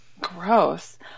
Gross